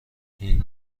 این